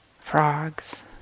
Frogs